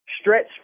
stretch